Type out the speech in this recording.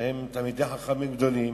שהם תלמידי חכמים גדולים,